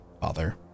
Father